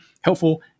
helpful